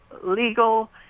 legal